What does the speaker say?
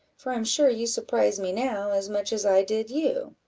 for i am sure you surprise me now as much as i did you.